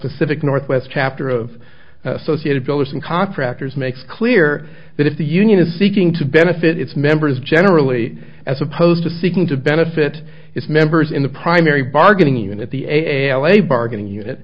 pacific northwest chapter of associated builders and contractors makes clear that if the union is seeking to benefit its members generally as opposed to seeking to benefit its members in the primary bargaining unit the a l a bargaining unit